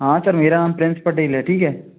हाँ सर मेरा नाम प्रिंस पटेल है ठीक है